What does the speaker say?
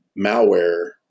malware